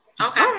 okay